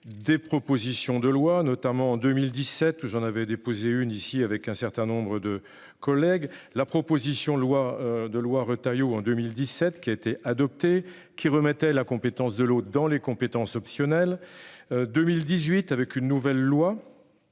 des propositions de loi, notamment en 2017, j'en avais déposé une ici avec un certain nombre de collègues. La proposition de loi de loi Retailleau en 2017 qui a été adoptée, qui remettait la compétence de l'eau dans les compétences optionnelles, 2018 avec une nouvelle loi.